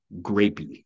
grapey